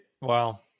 wow